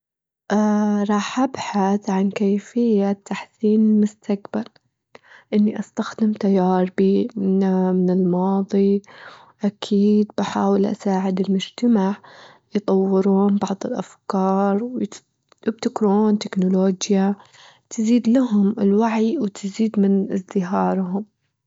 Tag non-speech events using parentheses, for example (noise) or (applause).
راح أبحث عن كيفية تحسين مستجبل، إني استخدم (unintelligible) من الماضي، أكيد بحاول أساعد المجتمع يطورون بعض أفكاره، يبتكرون تكنولوجيا تزيد لهم الوعي وتزيد من ازدهارهم.